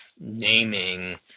naming